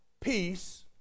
peace